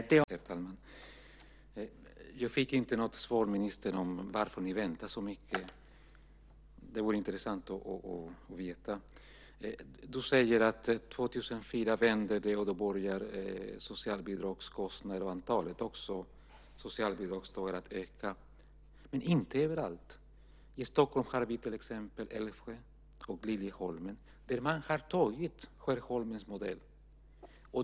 Herr talman! Jag fick inte något svar, ministern, på frågan om varför ni väntar så mycket. Det skulle vara intressant att veta. Du säger att det vände år 2004 och att socialbidragskostnader och antalet socialbidragstagare att öka. Men inte överallt! I Stockholm har vi till exempel Älvsjö och Liljeholmen, där man har tagit Skärholmens modell.